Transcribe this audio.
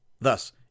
Thus